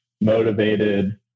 motivated